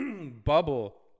bubble